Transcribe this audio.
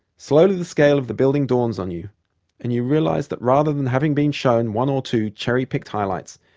slowly, the scale of the building dawns on you and you realize that rather than having been shown one or two cherry-picked highlights,